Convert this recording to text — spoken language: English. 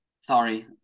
Sorry